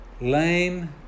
lame